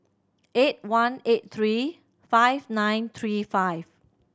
eight one eight three five nine three five